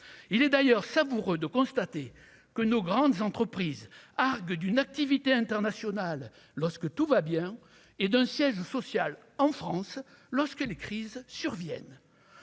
il est d'ailleurs savoureux de constater que nos grandes entreprises argue d'une activité internationale lorsque tout va bien et d'un siège social en France, lorsque des crises surviennent